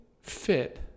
fit